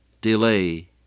delay